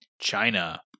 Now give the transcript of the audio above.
China